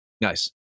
Nice